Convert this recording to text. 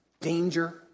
Danger